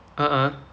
ah